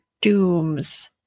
dooms